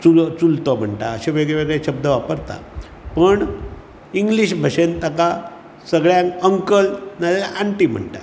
चूल चुलतो म्हणटा अशे वेगळे वेगळे शब्द वापरता पूण इंग्लीश भाशेन ताका सगळ्यांक अंकल नाजाल्यार आण्टी म्हणटात